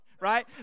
right